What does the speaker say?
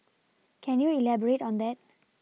can you elaborate on that